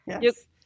yes